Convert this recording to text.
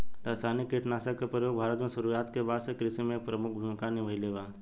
रासायनिक कीटनाशक के प्रयोग भारत में शुरुआत के बाद से कृषि में एक प्रमुख भूमिका निभाइले बा